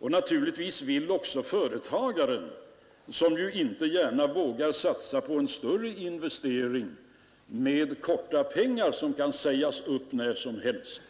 Och naturligtvis vill också företagaren, som inte gärna vågar satsa på en större investering med korta pengar som kan sägas upp när som helst,